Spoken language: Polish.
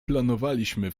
planowaliśmy